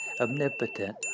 omnipotent